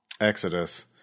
Exodus